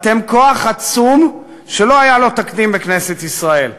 אתן כוח עצום שלא היה לו תקדים בכנסת ישראל,